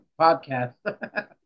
podcast